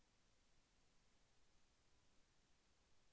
నా ఖాతా బ్యాలెన్స్ ఎంత ఉండాలి?